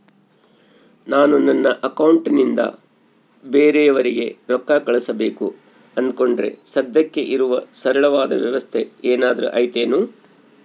ನಾನು ನನ್ನ ಅಕೌಂಟನಿಂದ ಬೇರೆಯವರಿಗೆ ರೊಕ್ಕ ಕಳುಸಬೇಕು ಅಂದುಕೊಂಡರೆ ಸದ್ಯಕ್ಕೆ ಇರುವ ಸರಳವಾದ ವ್ಯವಸ್ಥೆ ಏನಾದರೂ ಐತೇನು?